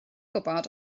gwybod